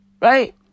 Right